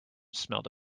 smelled